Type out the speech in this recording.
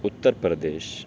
Uttar Pradesh